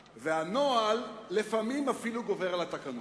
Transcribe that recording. והנוהל לפעמים אפילו גובר על התקנון.